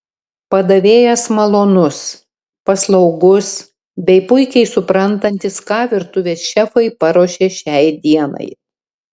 padavėjas malonus paslaugus bei puikiai suprantantis ką virtuvės šefai paruošė šiai dienai